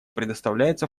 предоставляется